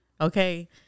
Okay